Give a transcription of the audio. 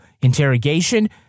interrogation